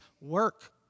work